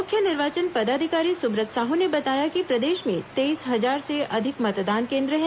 मुख्य निर्वाचन पदाधिकारी सुब्रत साहू ने बताया कि प्रदेश में तेईस हजार से अधिक मतदान केन्द्र हैं